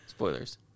Spoilers